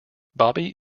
bobby